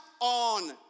on